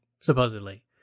supposedly